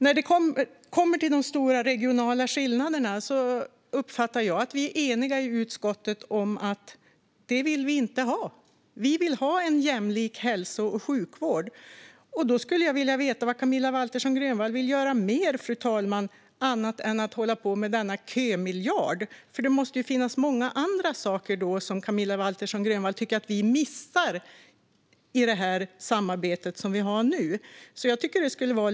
När det gäller de stora regionala skillnaderna uppfattar jag att vi i utskottet är eniga om att vi inte vill ha det så. Vi vill ha en jämlik hälso och sjukvård. Jag vill gärna veta vad Camilla Waltersson Grönvall vill göra mer, annat än att hålla på med denna kömiljard. Det måste ju finnas många andra saker som hon tycker att vi missar i det samarbete som vi har nu.